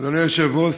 אדוני היושב-ראש,